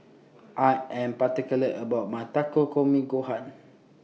I Am particular about My Takikomi Gohan